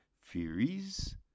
Furies